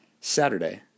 Saturday